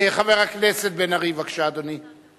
חבר הכנסת בן-ארי, בבקשה, אדוני.